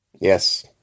Yes